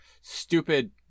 stupid